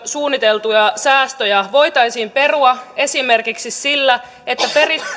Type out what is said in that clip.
suunniteltuja säästöjä voitaisiin perua esimerkiksi sillä että